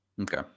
Okay